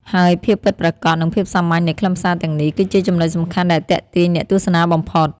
ហើយភាពពិតប្រាកដ និងភាពសាមញ្ញនៃខ្លឹមសារទាំងនេះ គឺជាចំណុចសំខាន់ដែលទាក់ទាញអ្នកទស្សនាបំផុត។